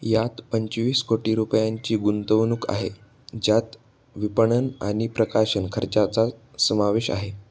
यात पंचवीस कोटी रुपयांची गुंतवणूक आहे ज्यात विपणन आणि प्रकाशन खर्चाचा समावेश आहे